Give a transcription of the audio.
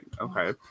Okay